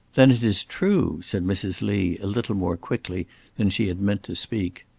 then it is true! said mrs. lee, a little more quickly than she had meant to speak.